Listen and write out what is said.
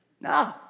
No